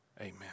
Amen